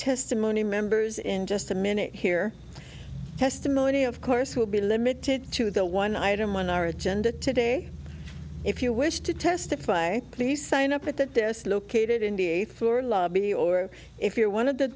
testimony members in just a minute here testimony of course will be limited to the one item on our agenda today if you wish to testify please sign up at the dislocated indiait for lobby or if you're one of the